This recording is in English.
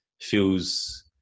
feels